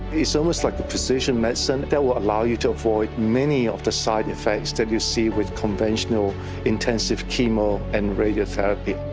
so almost like a precision medicine that will allow you to avoid many of the side effects that you see with conventional intensive chemo and radiotherapy.